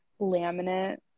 laminate